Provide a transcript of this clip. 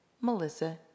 Melissa